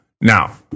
now